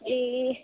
ए